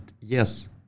yes